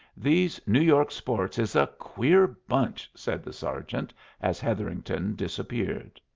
these new york sports is a queer bunch! said the sergeant as hetherington disappeared.